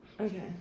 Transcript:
Okay